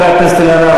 חברת הכנסת אלהרר,